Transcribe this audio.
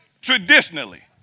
Traditionally